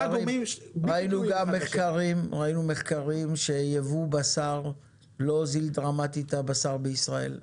ראינו מחקרים שייבוא בשר לא הוזיל את דרמטית את מחירי הבשר בישראל.